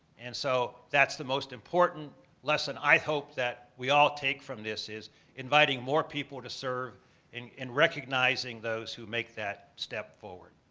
and so that's the most important important lesson i hope that we all take from this is inviting more people to serve and and recognizing those who make that step forward.